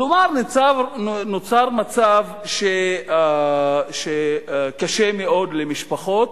כלומר, נוצר מצב שקשה מאוד למשפחות.